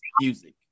music